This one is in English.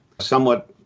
somewhat